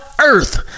earth